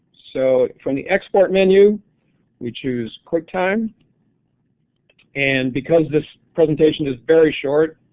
so from the export menu we choose quick time and because this presentation is very short,